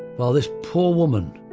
while this poor woman,